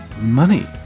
money